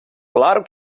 claro